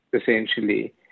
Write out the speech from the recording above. essentially